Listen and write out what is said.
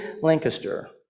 Lancaster